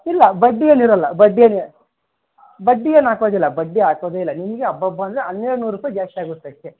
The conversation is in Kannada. ಇಲ್ಲ ಬಡ್ಡಿ ಏನು ಇರಲ್ಲ ಬಡ್ಡಿ ಏನು ಬಡ್ಡಿ ಏನು ಹಾಕೋದಿಲ್ಲ ಬಡ್ಡಿ ಹಾಕೋದೇ ಇಲ್ಲ ನಿಮಗೆ ಅಬ್ಬಬ್ಬ ಅಂದರೆ ಹನ್ನೆರಡು ನೂರು ರೂಪಾಯಿ ಜಾಸ್ತಿ ಆಗುತ್ತೆ ಅಷ್ಟೇ